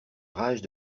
rage